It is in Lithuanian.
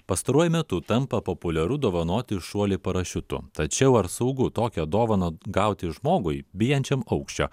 pastaruoju metu tampa populiaru dovanoti šuolį parašiutu tačiau ar saugu tokią dovaną gauti žmogui bijančiam aukščio